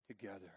together